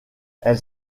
elle